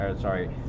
Sorry